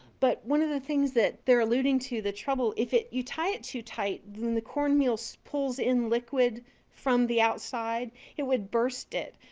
but one of the things that they're eluding to, the trouble. if you tie it too tight then the cornmeal's pulls in liquid from the outside. it would burst it.